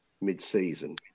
mid-season